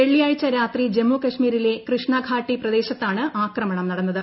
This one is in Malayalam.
വെള്ളിയാഴ്ച രാത്രി ജമ്മു കശ്മീരിലെ കൃഷ്ണ ഘാട്ടി പ്രദേശത്താണ് ആക്രമണം നടന്നത്